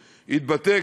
כשהתבטא,